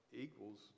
equals